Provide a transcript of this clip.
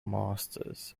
masters